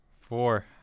Four